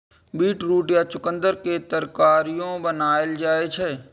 beetroot या चुकंदर के तरकारियो बनाएल जाइ छै